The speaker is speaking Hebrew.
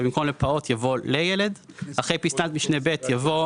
במקום "לפעוט" יבוא "לילד"; אחרי פסקת משנה (ב) יבוא: